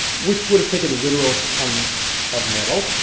which would've taken literal tons of metal.